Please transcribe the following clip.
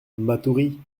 matoury